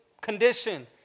condition